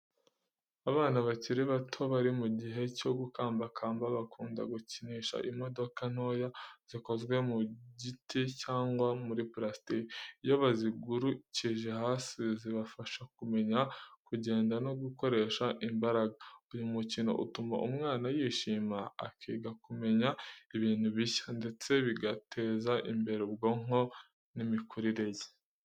Abana bakiri bato, bari mu gihe cyo gukambakamba, bakunda gukinisha imodoka ntoya zikoze mu giti cyangwa muri purasitiki. Iyo bazigurukije hasi, zibafasha kumenya kugenda no gukoresha imbaraga. Uyu mukino utuma umwana yishima, akiga kumenya ibintu bishya, ndetse bigateza imbere ubwonko n’imikurire ye.